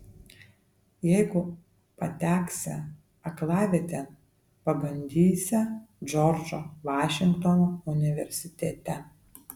jeigu pateksią aklavietėn pabandysią džordžo vašingtono universitete